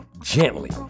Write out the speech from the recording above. gently